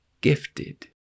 Gifted